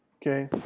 okay?